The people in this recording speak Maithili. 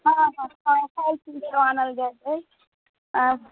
हँ हँ फल फूलसब आनल जाइ छै